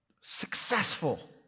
successful